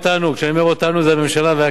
כשאני אומר "אותנו" זה הממשלה והכנסת,